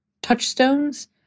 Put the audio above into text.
touchstones